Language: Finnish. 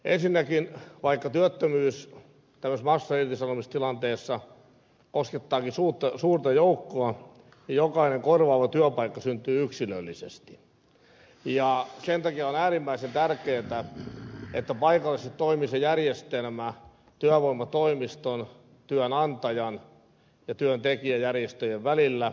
ensinnäkin työttömyys tämmöisessä massairtisanomistilanteessa koskettaa suurta joukkoa ja jokainen korvaava työpaikka syntyy yksilöllisesti ja sen takia on äärimmäisen tärkeää että paikallisesti toimii se järjestelmä työvoimatoimiston työnantajan ja työntekijäjärjestöjen välillä